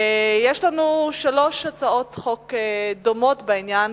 יש לנו שלוש הצעות חוק דומות בעניין,